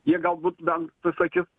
jie galbūt bent sakys